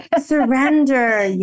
Surrender